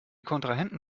kontrahenten